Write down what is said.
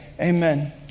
Amen